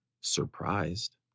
surprised